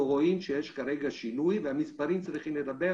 רואים שיש כרגע שינוי והמספרים צריכים לדבר,